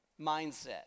mindset